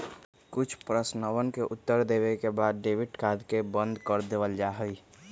कुछ प्रश्नवन के उत्तर देवे के बाद में डेबिट कार्ड के बंद कर देवल जाहई